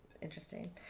interesting